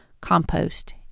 compost